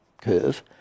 curve